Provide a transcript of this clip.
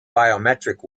biometric